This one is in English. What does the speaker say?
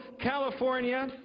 California